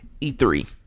E3